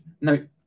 No